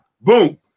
boom